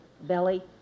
belly